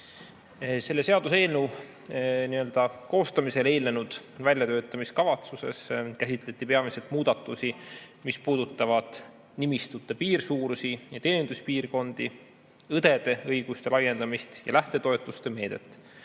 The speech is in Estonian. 533.Selle seaduseelnõu koostamisele eelnenud väljatöötamiskavatsuses käsitleti peamiselt muudatusi, mis puudutavad nimistute piirsuurust ja teeninduspiirkondi, õdede õiguste laiendamist ja lähtetoetuste meedet.